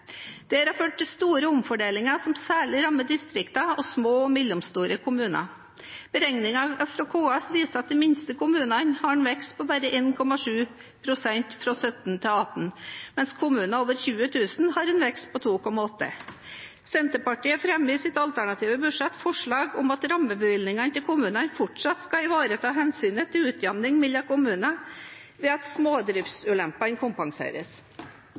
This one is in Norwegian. Dette har ført til store omfordelinger som særlig rammer distriktene og små og mellomstore kommuner. Beregninger fra KS viser at de minste kommunene har en vekst på bare 1,7 pst. fra 2017 til 2018, mens kommuner over 20 000 har en vekst på 2,8 pst. Senterpartiet fremmer i sitt alternative budsjett forslag om at rammebevilgningene til kommunene fortsatt skal ivareta hensynet til utjamning mellom kommunene ved at